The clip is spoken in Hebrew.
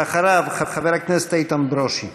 אחריו, חבר הכנסת איתן ברושי.